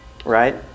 Right